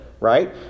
right